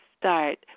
start